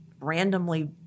randomly